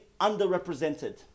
underrepresented